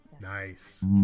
Nice